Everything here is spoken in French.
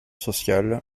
sociale